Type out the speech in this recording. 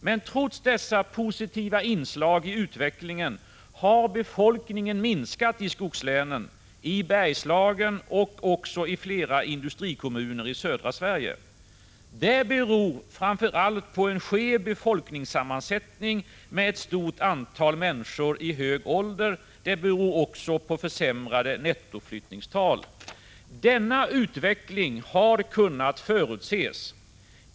Men trots dessa positiva inslag i utvecklingen har befolkningen minskat i skogslänen, i Bergslagen och även i flera industrikommuner i södra Sverige. Det beror framför allt på en skev befolkningssammansättning med ett stort antal människor i hög ålder, men det beror också på försämrade nettoflyttningstal. Denna utveckling har kunnat förutses.